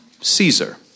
Caesar